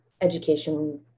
education